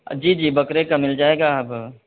جی جی بکرے کا مل جائے گا اب